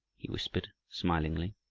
he whispered smilingly.